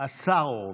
הורוביץ, השר הורוביץ,